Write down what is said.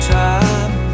time